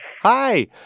Hi